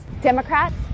Democrats